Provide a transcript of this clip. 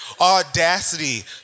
audacity